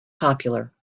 popular